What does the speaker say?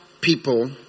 people